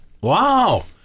Wow